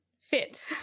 fit